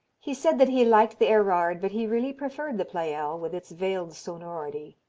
he said that he liked the erard but he really preferred the pleyel with its veiled sonority.